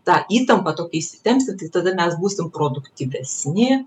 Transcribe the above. tą įtampą tokią įsitempsi tai tada mes būsim produktyvesni